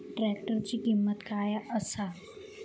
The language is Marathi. ट्रॅक्टराची किंमत काय आसा?